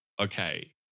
okay